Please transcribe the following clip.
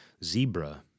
Zebra